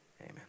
Amen